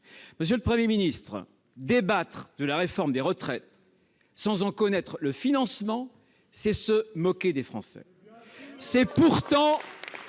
Monsieur le Premier ministre, débattre de la réforme des retraites sans en connaître le financement, c'est se moquer des Français ! Bien